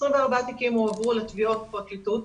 24 תיקים הועברו לתביעות בפרקליטות,